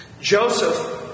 Joseph